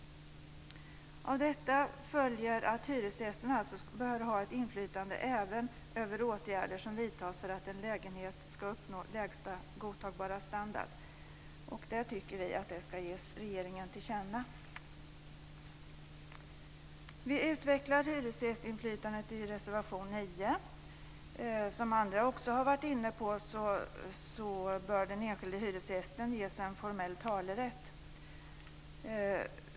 Av detta följer att hyresgästerna bör ha inflytande även över åtgärder som vidtas för att en lägenhet ska uppnå lägsta godtagbara standard, vilket bör ges regeringen till känna. Vi utvecklar frågan om hyresgästernas inflytande i reservation 9. Även andra har varit inne på att även den enskilde hyresgästen bör ges en formell talerätt.